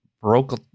broke